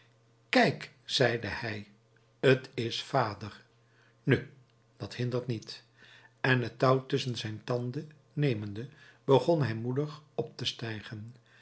kijk zeide hij t is vader nu dat hindert niet en het touw tusschen zijn tanden nemende begon hij moedig op te stijgen